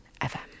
FM